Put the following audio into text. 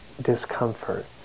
discomfort